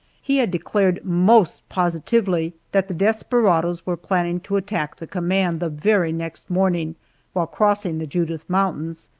he had declared most positively that the desperadoes were planning to attack the command, the very next morning while crossing the judith mountains,